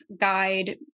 guide